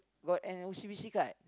got an O_C_B_C card